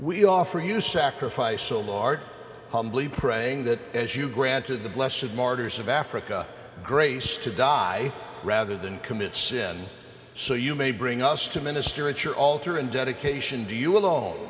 we offer you sacrifice solarte humbly praying that as you granted the blessid martyrs of africa grace to die rather than commit sin so you may bring us to minister at your alter and dedication to you